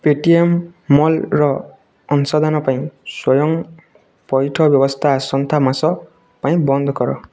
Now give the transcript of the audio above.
Paytm ମଲ୍ର ଅଂଶଦାନ ପାଇଁ ସ୍ଵୟଂ ପଇଠ ବ୍ୟବସ୍ଥା ଆସନ୍ତା ମାସ ପାଇଁ ବନ୍ଦ କର